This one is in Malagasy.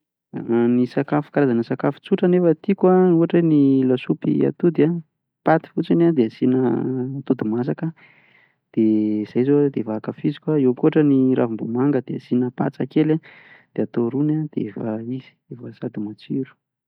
Ny sakafo karazana sakafo tsotra nefa tiako an, dia ny lasopy atody an, paty fotsiny an dia asina atody masaka an, otran'izay zao dia efa ankafiziko, eo koa zao ny ravimbomanga dia asina patsa kely an dia atao rony, dia efa izy sady matsiro.